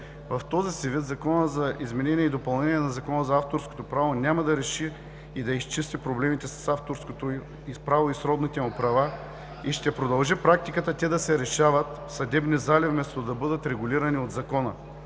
В този си вид Законът за изменение и допълнение на Закона за авторското право няма да реши и да изчисти проблемите с авторското право и срочните му права и ще продължи практиката те да се решават в съдебни зали, вместо да бъдат регулирани от Закона.